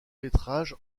métrage